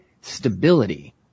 stability